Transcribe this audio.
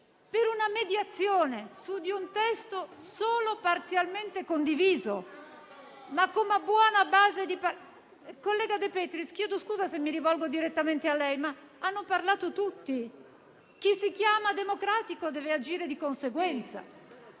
per una mediazione su di un testo solo parzialmente condiviso, ma come buona base di partenza. *(Commenti)*. Collega De Petris, chiedo scusa se mi rivolgo direttamente a lei, ma hanno parlato tutti: chi si chiama democratico deve agire di conseguenza.